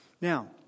Now